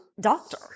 doctor